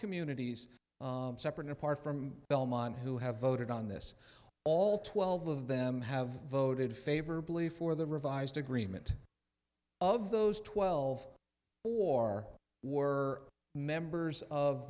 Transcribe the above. communities separate apart from belmont who have voted on this all twelve of them have voted favorably for the revised agreement of those twelve or were members of